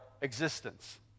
existence